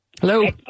Hello